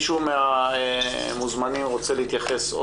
יש מישהו מהמוזמנים שרוצה להתייחס?